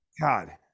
God